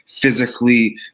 physically